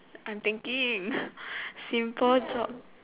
I'm thinking simple job